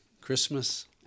Christmas